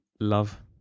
Love